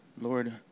Lord